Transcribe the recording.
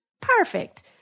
Perfect